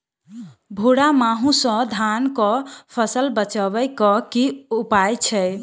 भूरा माहू सँ धान कऽ फसल बचाबै कऽ की उपाय छै?